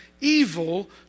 evil